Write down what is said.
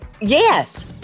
Yes